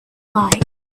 light